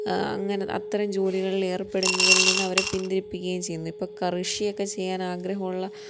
അങ്ങന അത്തരം ജോലികളിലേർപ്പെടുന്നതിൽ നിന്നവരെ പിന്തിരിപ്പിക്കുകയും ചെയ്യുന്നു ഇപ്പോൾ കുറേശെ ഒക്കെ ചെയ്യാനാഗ്രഹമുള്ള